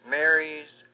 Mary's